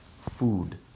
food